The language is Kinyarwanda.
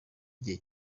igihe